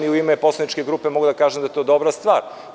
U ime poslaničke grupe mogu da kažem da je to dobra stvar.